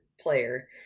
player